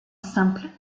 simple